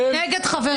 מי נמנע?